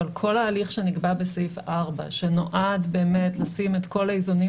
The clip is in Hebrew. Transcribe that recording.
אבל כל ההליך שנקבע בסעיף 4 שנועד באמת לשים את כל האיזונים